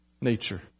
nature